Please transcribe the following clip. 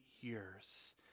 years